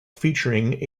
featuring